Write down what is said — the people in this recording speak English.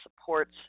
supports